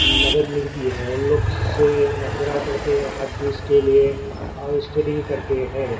مدد ملتی ہے ان لوگ سے مشورہ کرتے ہیں ہر چیز کے لیے اور اسٹڈی کرتے ہے